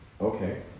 okay